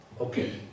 Okay